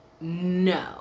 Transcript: no